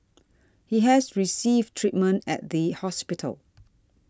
he has received treatment at the hospital